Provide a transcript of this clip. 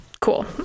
cool